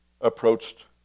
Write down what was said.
approached